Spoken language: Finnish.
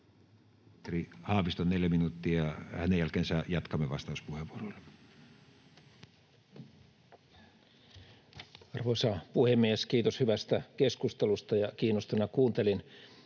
Haavisto, 4 minuuttia. — Hänen jälkeensä jatkamme vastauspuheenvuoroilla. Arvoisa puhemies! Kiitos hyvästä keskustelusta. Kiinnostuneena kuuntelin,